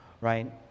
Right